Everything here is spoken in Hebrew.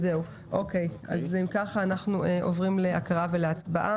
לא, אוקיי, אז אם כך אנחנו עוברים להקראה ולהצבעה.